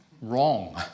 wrong